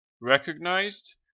recognized